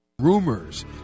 Rumors